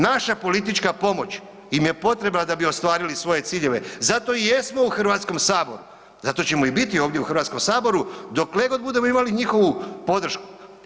Naša politička pomoć im je potrebna da bi ostvarili svoje ciljeve, zato i jesmo u Hrvatskom saboru, zato ćemo i biti ovdje u Hrvatskom saboru dokle god budemo imali njihovu podršku.